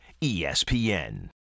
ESPN